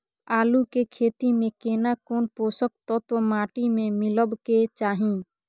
आलू के खेती में केना कोन पोषक तत्व माटी में मिलब के चाही?